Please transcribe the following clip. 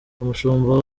umushumba